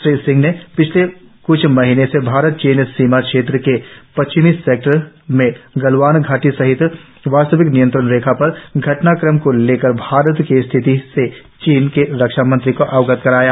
श्री सिंह ने पिछले क्छ महीनों में भारत चीन सीमा क्षेत्र के पश्चिमी सेक्टर में गलवान घाटी सहित वास्तविक नियंत्रण रेखा पर घटनाक्रम को लेकर भारत की स्थिति से चीन के रक्षामंत्री को अवगत कराया